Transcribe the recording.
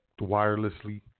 wirelessly